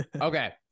Okay